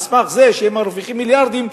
על סמך זה שהם מרוויחים מיליארדים,